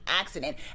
accident